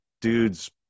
dude's